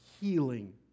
healing